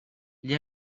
gli